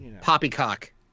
Poppycock